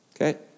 Okay